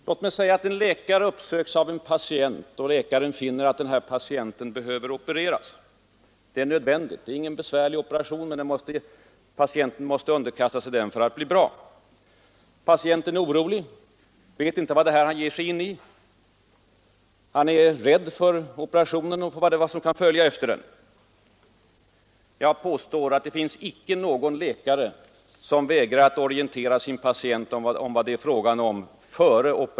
Låt oss säga att en läkare uppsöks av en patient. Läkaren finner att det är nödvändigt att patienten opereras. Det är ingen besvärlig operation, men patienten måste underkasta sig den för att bli bra. Patienten är orolig och vet inte vad det är han ger sig in i. Han är rädd för operationen och för vad som kan följa efter den. Jag påstår att det inte finns någon läkare som vägrar att före operationen orientera sin patient om vad det är fråga om.